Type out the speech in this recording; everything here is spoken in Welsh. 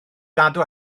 gadw